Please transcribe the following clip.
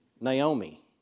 Naomi